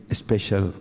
special